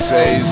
say